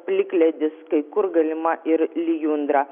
plikledis kai kur galima ir lijundra